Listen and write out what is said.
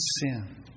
sin